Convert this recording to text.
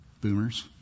Boomers